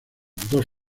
dos